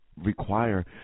require